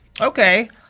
Okay